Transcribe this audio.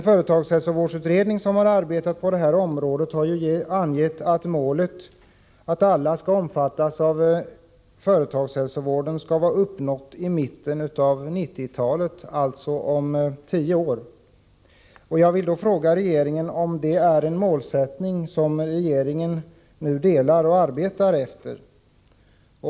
Företagshälsovårdsutredningen har angett att målet att alla skall omfattas av företagshälsovården skall vara uppnått i mitten av 1990-talet, alltså om tio år. Jag vill nu fråga: Är detta en målsättning som regeringen ansluter sig till och arbetar efter?